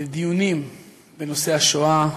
לדיונים בנושא השואה,